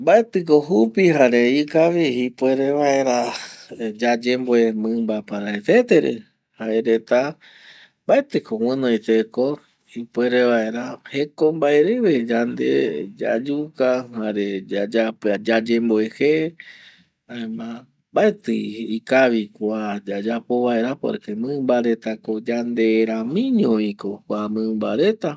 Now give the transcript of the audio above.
Mbaetɨko jupi jare ikavi ipuere vaera yayemboe mɨmba paraetete re, jae reta mbaetɨ ko guɨnoi teko ipuere vaera jeko mbae reve yande yayuka jare yayapo, yayemboe je jaema mbaetɨ ikavi kua yayapo vaera porque mɨmba reta ko yande ramiño vi ko kua mɨmba reta